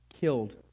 killed